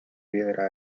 piedra